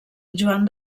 joan